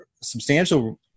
substantial